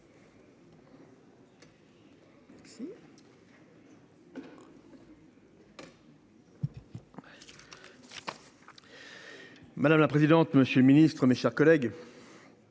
Madame la présidente. Monsieur le Ministre, mes chers collègues.